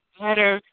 better